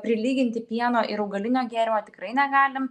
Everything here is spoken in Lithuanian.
prilyginti pieno ir augalinio gėrimo tikrai negalim